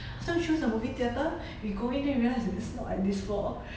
after choose a movie theatre we going there realise it is not at this floor